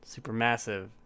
Supermassive